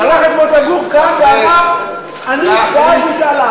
שלח את מוטה גור, קם ואמר: אני בעד משאל עם.